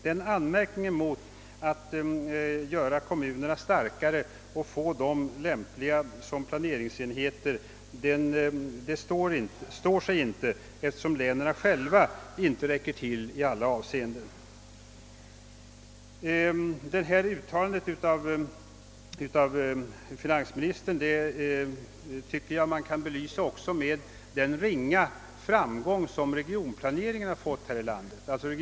Denna anmärkning mot strävandena att göra kommunerna starkare och få dem lämpliga som planeringsenheter står sig inte, eftersom länen inte heller i alla avseenden räcker till. Uttalandet av finansministern kan också belysa den ringa framgång som regionplaneringen här i landet har fått.